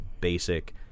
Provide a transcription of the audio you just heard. basic